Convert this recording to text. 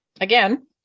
again